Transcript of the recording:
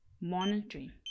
monitoring